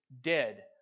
dead